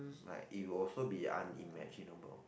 like it would also be unimaginable